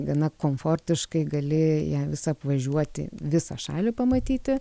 gana komfortiškai gali ją visą apvažiuoti visą šalį pamatyti